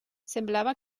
semblava